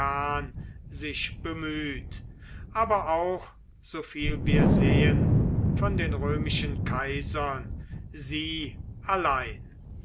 sich bemüht aber auch soviel wir sehen von den römischen kaisern sie allein